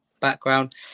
background